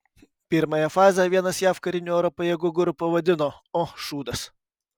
pirmąją fazę vienas jav karinių oro pajėgų guru pavadino o šūdas